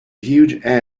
huge